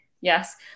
yes